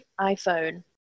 iphone